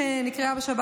אפשר לסגור את זה.